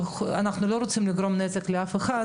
אנחנו לא רוצים לגרום נזק למישהו,